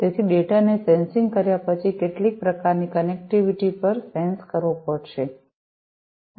તેથી ડેટાને સેન્સિંગ કર્યા પછી કેટલીક પ્રકારની કનેક્ટિવિટીપર સેન્સસ કરવો પડશે